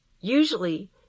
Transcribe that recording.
Usually